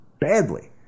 Badly